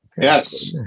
Yes